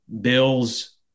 Bills